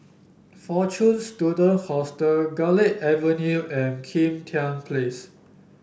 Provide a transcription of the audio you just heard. Fortune Student Hostel Garlick Avenue and Kim Tian Place